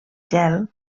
gel